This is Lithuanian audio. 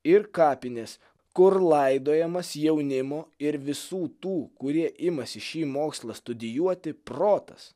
ir kapinės kur laidojamas jaunimo ir visų tų kurie imasi šį mokslą studijuoti protas